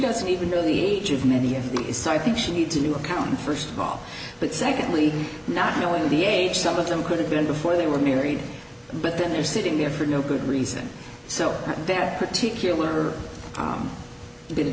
doesn't even really age of many of these so i think she needs a new accountant first of all but secondly not knowing the age some of them could have been before they were married but then they're sitting there for no good reason so their particular